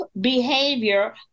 behavior